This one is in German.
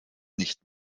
nicht